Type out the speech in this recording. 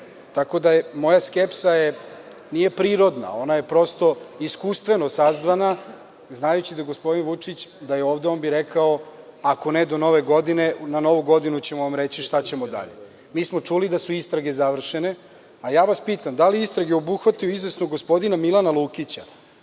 Tako da moja skepsa nije prirodna, ona je prosto iskustveno sazdana znajući da gospodin Vučić da je ovde on bi rekao – ako ne do Nove godine, onda ćemo na Novu godinu reći šta ćemo dalje. Mi smo čuli da su istrage završene, a ja vas pitam da li istrage obuhvataju izvesnog gospodina Milana Lukića